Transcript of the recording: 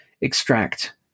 extract